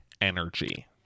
energy